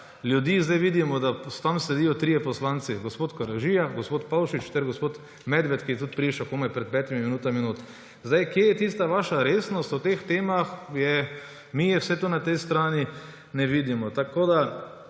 ljudi. Sedaj vidimo, da tam sedijo trije poslanci: gospod Koražija, gospod Pavšič ter gospod Medved, ki je tudi prišel šele pred petimi minutami notri. Kje je tista vaša resnost o teh temah? Mi na tej strani je ne vidimo. Tudi,